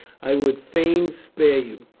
i would fain spare you.